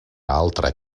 altra